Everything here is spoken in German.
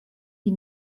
die